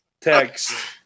text